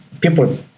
people